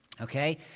Okay